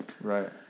Right